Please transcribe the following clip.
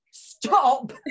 stop